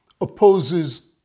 opposes